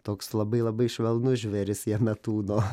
toks labai labai švelnus žvėris jame tūno